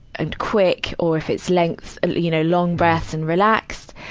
and quick. or if it's length. and you know, long breaths and relaxed.